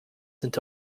into